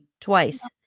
Twice